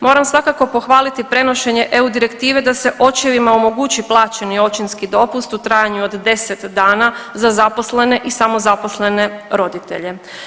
Moram svakako pohvaliti prenošenje EU direktive da se očevima omogući plaćeni očinski dopust u trajanju od 10 dana za zaposlene i samozaposlene roditelja.